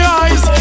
eyes